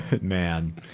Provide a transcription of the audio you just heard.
Man